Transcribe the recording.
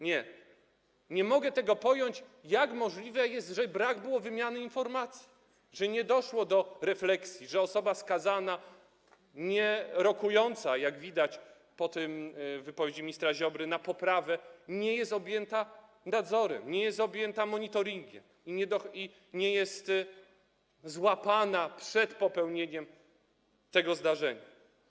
Nie, nie mogę tego pojąć, jak to jest możliwe, że brak było wymiany informacji, że nie doszło do refleksji, że osoba skazana nierokująca, jak wynika z wypowiedzi ministra Ziobry, poprawy, nie jest objęta nadzorem, nie jest objęta monitoringiem i nie jest złapana przed popełnieniem tego zdarzenia.